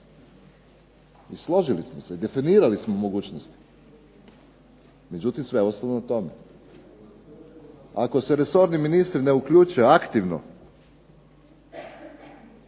I složili smo se, definirali smo mogućnosti, međutim, sve je ostalo na tome. Ako se resorni ministri ne uključe aktivno